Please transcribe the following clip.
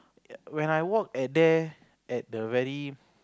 ya when I walk at there at the very